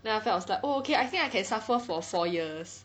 then after that I was like oh okay I think I can suffer for four years